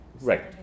Right